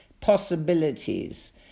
possibilities